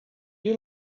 you